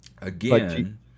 Again